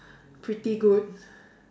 pretty good